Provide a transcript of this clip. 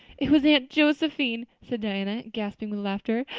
it was aunt josephine, said diana, gasping with laughter.